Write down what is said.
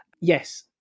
yes